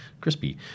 crispy